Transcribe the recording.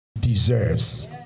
deserves